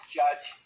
judge